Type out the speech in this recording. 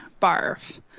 Barf